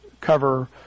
cover